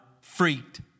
freaked